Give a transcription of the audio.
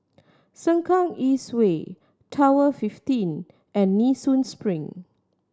Sengkang East Way Tower fifteen and Nee Soon Spring